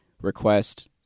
request